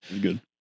good